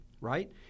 right